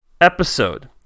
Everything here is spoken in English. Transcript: episode